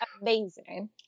Amazing